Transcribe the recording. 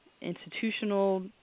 institutional